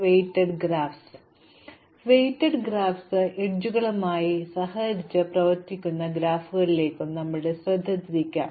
weighted ഗ്രാഫുകളിലേക്കും അരികുകളുമായി അവയുമായി സഹകരിച്ച് പ്രവർത്തിക്കുന്ന ഗ്രാഫുകളിലേക്കും ഇപ്പോൾ നമ്മുടെ ശ്രദ്ധ തിരിക്കാം